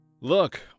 Look